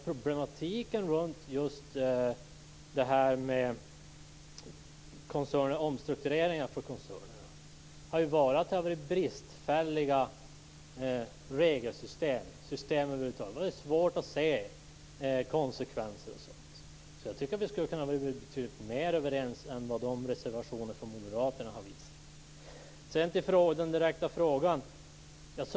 Problematiken kring omstruktureringar av koncerner har berott på ett bristfälligt regelsystem, som gjort att det varit svårt att se konsekvenserna av sådana åtgärder. Jag tycker alltså att vi skulle ha kunnat vara betydligt mera överens än vad som framgår av de reservationer som moderaterna har avgivit. Så över till den direkta frågan.